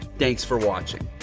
thanks for watching.